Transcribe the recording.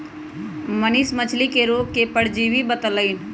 मनीष मछ्ली के रोग के परजीवी बतई लन